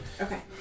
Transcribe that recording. Okay